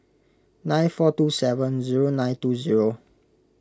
nine four two seven zero nine two zero